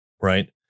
right